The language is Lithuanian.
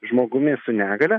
žmogumi su negalia